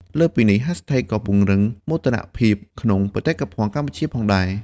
លើសពីនេះ ហាស់ថេកក៏ពង្រឹងមោទនភាពក្នុងបេតិកភណ្ឌកម្ពុជាផងដែរ។